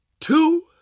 two